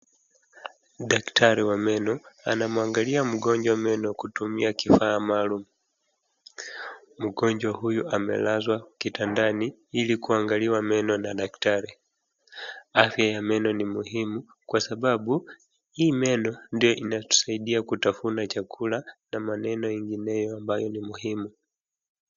Daktari wa meno, anamwangalia mgonjwa meno kutumia kifaa maalumu. Mgonjwa huyu amelazwa kitandani ili kuangaliwa meno na daktari. Afya ya meno ni muhimu kwa sababu hii meno ndio inatusaidia kutafuna chakula na maneno ingineyo ambayo ni muhimu.